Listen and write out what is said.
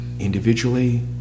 Individually